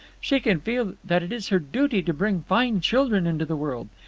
she can feel that it is her duty to bring fine children into the world.